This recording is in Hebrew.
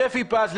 שפי פז,